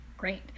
Great